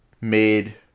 made